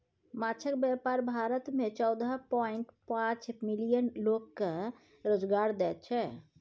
माछक बेपार भारत मे चौदह पांइट पाँच मिलियन लोक केँ रोजगार दैत छै